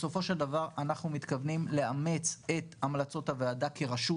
בסופו של דבר אנחנו מתכוונים לאמץ את המלצות הוועדה כרשות.